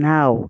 Now